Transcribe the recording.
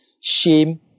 shame